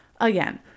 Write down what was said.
again